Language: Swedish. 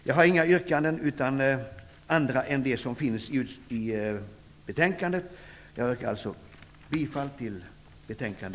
Jag har inga andra yrkanden än de som finns i betänkandet. Jag yrkar bifall till betänkande